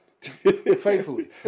Faithfully